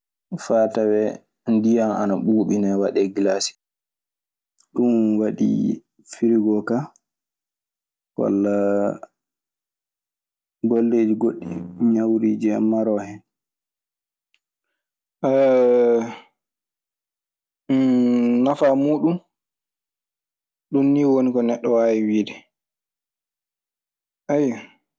Faa tawee ndiyam ana ɓuuɓinee waɗee gilasi. Ɗun waɗi firigoo kaa walla golleeji goɗɗi, ñawriiji ana maroo hen. Nafaa muuɗun, ɗun nii ɗoni ko neɗɗo waawi wiide, ayyo.